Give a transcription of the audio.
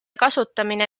kasutamine